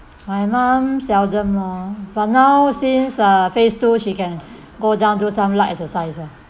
my mum seldom lor but now since uh phase two she can go down do some light exercise lor